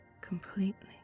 completely